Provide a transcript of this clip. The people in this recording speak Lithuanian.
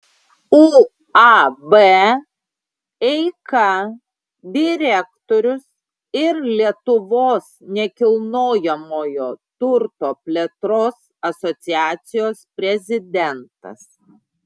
uab eika direktorius ir lietuvos nekilnojamojo turto plėtros asociacijos prezidentas